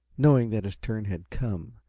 knowing that his turn had come,